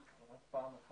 צריך להחליף